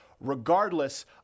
regardless